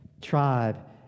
tribe